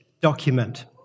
document